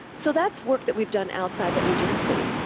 so, that's work that we've done outside the agency.